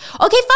Okay